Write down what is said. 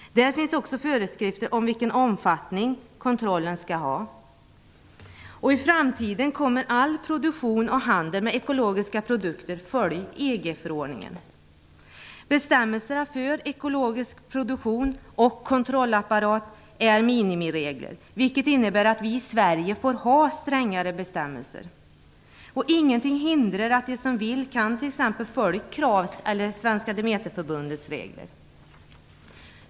Där finns också föreskrifter om vilken omfattning kontrollen skall ha. I framtiden kommer all produktion och handel med ekologiska produkter att följa EG-förordningen. Bestämmelserna för ekologisk produktion och kontrollapparat är minimiregler, vilket innebär att vi i Sverige får ha strängare bestämmelser. Ingenting hindrar att de som vill kan följa KRAV:s eller Svenska Demeterförbundets regler.